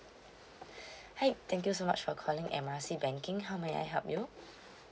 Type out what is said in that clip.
hi thank you so much for calling M R C banking how may I help you